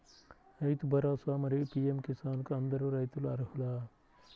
రైతు భరోసా, మరియు పీ.ఎం కిసాన్ కు అందరు రైతులు అర్హులా?